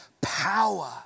power